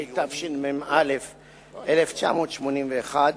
התשמ"א 1981,